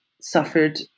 suffered